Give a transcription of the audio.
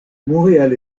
montréal